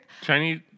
Chinese